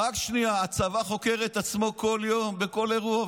הצבא חוקר את עצמו בכל יום בכל אירוע,